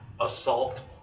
assault